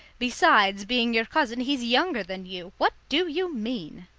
besides being your cousin, he's younger than you. what do you mean?